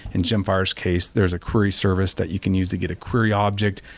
in gemfire's case, there is a query service that you can use to get a query object,